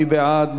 מי בעד?